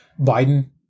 Biden